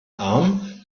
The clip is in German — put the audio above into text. arm